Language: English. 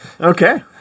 Okay